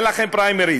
אין לכם פריימריז.